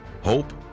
hope